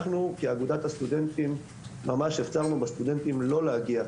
אנחנו כאגודת הסטודנטים ממש הפצרנו בסטודנטים לא להגיע,